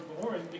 boring